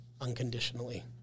unconditionally